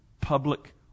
public